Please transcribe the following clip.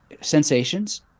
sensations